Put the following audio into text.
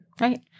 Right